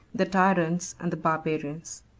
the tyrants, and the barbarians.